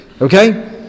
Okay